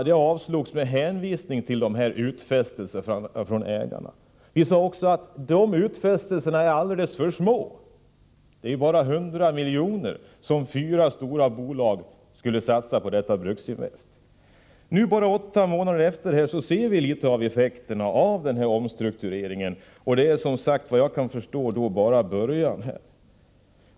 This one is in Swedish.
Detta avslogs med hänvisning till utfästelserna från ägarna. Vi sade också: Utfästelserna är alldeles för små, det är ju bara 100 milj.kr. som fyra stora bolag satsar på detta Bruksinvest. Nu, bara åtta månader efteråt, ser vi litet av effekterna av denna omstrukturering, men som jag har sagt är det såvitt jag kan förstå bara början.